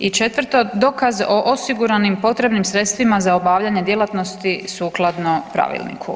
I četvrto, dokaz o osiguranim i potrebnim sredstvima za obavljanje djelatnosti sukladno pravilniku.